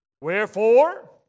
Wherefore